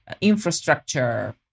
infrastructure